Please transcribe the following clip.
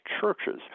churches